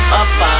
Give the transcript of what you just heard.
up